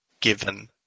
given